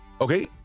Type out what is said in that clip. Okay